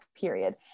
period